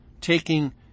taking